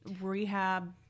Rehab